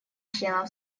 членам